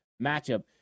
matchup